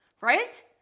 Right